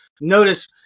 Notice